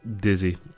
dizzy